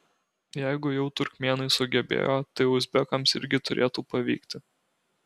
jeigu jau turkmėnai sugebėjo tai uzbekams irgi turėtų pavykti